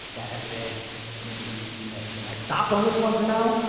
that has been an amazing niche. and i stopped on this one for now,